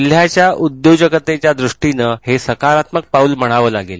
जिल्ह्याच्या उद्योजकतेच्या द्रष्टीनं हे सकारात्मक पाऊल म्हणावं लागेल